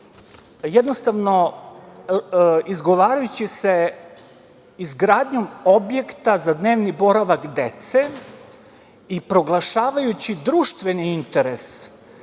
jednostavno izgovarajući se izgradnjom objekta za dnevni boravak dece i proglašavajući društveni interes,